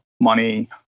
money